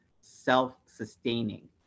self-sustaining